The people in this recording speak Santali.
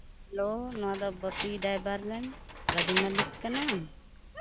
ᱦᱮᱞᱳ ᱱᱚᱣᱟ ᱫᱚ ᱵᱟᱯᱤ ᱰᱨᱟᱭᱵᱷᱟᱨ ᱨᱮᱱ ᱜᱟ ᱰᱤ ᱢᱟᱞᱤᱠ ᱠᱟᱱᱟᱢ